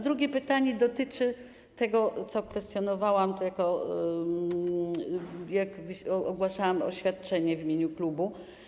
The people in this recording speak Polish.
Drugie pytanie dotyczy tego, co kwestionowałam tu, jak wygłaszałam oświadczenie w imieniu klubu.